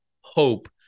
hope